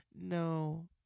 No